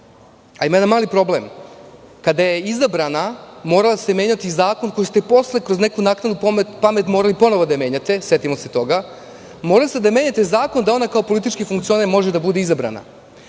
ima jedan mali problem. kada je izabrana, morao se menjati zakon koji ste posle kroz neku naknadnu pamet morali ponovo da ga menjate, setimo se toga. Morali ste da menjate zakon da ona kao politički funkcioner može da bude izabrana.